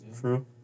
True